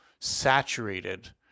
saturated